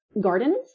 gardens